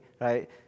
right